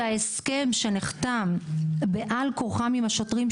שההסכם שנחתם בעל כורחם עם השוטרים,